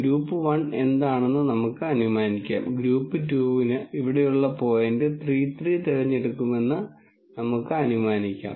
group 1 എന്താണെന്ന് നമുക്ക് അനുമാനിക്കാം ഗ്രൂപ്പ് 2 ന് ഇവിടെയുള്ള പോയിന്റ് 3 3 തിരഞ്ഞെടുക്കുമെന്ന് നമുക്ക് അനുമാനിക്കാം